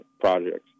projects